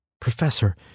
Professor